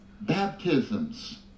baptisms